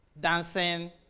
dancing